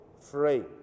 free